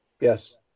Yes